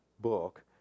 book